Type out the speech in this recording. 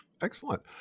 Excellent